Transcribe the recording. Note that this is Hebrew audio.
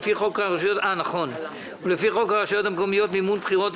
ולפי חוק הרשויות המקומיות (מימון בחירות),